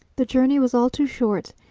the journey was all too short,